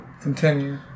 continue